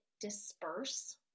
disperse